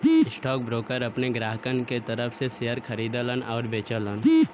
stockbroker अपने ग्राहकन के तरफ शेयर खरीदलन आउर बेचलन